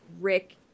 Rick